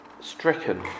stricken